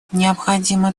необходимо